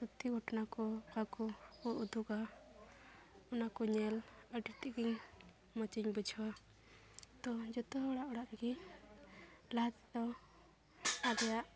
ᱥᱚᱛᱛᱤ ᱜᱷᱚᱴᱚᱱᱟ ᱠᱚ ᱟᱠᱚ ᱠᱚ ᱩᱫᱩᱜᱟ ᱚᱱᱟ ᱠᱚ ᱧᱮᱞ ᱟᱹᱰᱤ ᱛᱮᱫᱜᱮ ᱤᱧ ᱢᱚᱡᱽ ᱤᱧ ᱵᱩᱡᱷᱟᱹᱣᱟ ᱛᱚ ᱡᱚᱛᱚ ᱦᱚᱲᱟᱜ ᱚᱲᱟᱜ ᱨᱮᱜᱮ ᱞᱟᱦᱟ ᱛᱮᱫᱚ ᱟᱞᱮᱭᱟᱜ